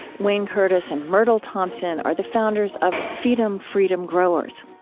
wayne curtis and myrtle thompson are the founders of feedom freedom growers.